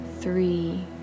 three